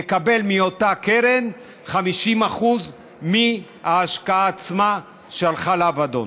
יקבל מאותה קרן 50% מההשקעה עצמה שהלכה לאבדון.